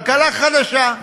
כלכלה חדשה.